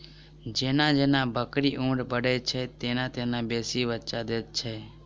जेना जेना बकरीक उम्र बढ़ैत छै, तेना तेना बेसी बच्चा दैत छै